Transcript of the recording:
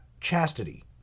Chastity